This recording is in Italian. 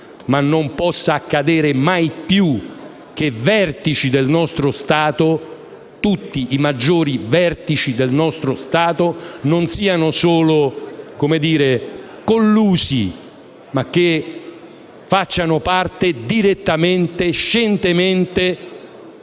che non possa accadere mai più che i maggiori vertici del nostro Stato siano non solo collusi, ma facciano parte direttamente e, scientemente,